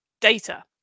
data